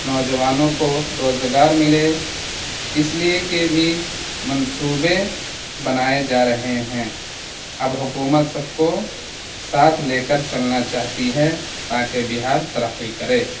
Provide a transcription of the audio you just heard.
نوجوانوں کو روزگار ملے اس لیے کے بھی منصوبے بنائے جا رہے ہیں اب حکومت سب کو ساتھ لے کر چلنا چاہتی ہے تاکہ بہار ترقی کرے